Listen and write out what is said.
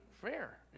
fair